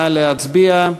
נא להצביע.